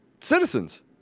citizens